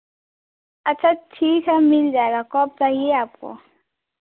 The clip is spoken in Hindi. अच्छा ठीक है मिल जाएगा कब चाहिए आपको